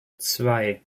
zwei